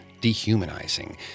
dehumanizing